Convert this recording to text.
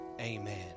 amen